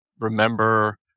remember